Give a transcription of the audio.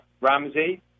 Ramsey